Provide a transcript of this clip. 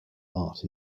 art